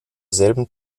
selben